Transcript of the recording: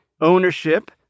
ownership